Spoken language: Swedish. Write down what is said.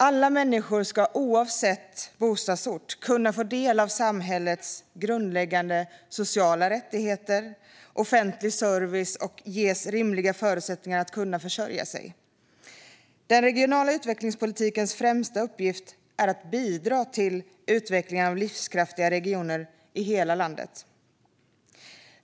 Alla människor ska, oavsett bostadsort, kunna få del av samhällets grundläggande sociala rättigheter och offentlig service och ges rimliga förutsättningar att kunna försörja sig. Den regionala utvecklingspolitikens främsta uppgift är att bidra till utvecklingen av livskraftiga regioner i hela landet.